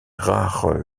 rares